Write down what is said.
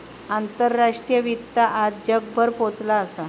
आंतराष्ट्रीय वित्त आज जगभर पोचला असा